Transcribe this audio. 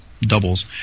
Doubles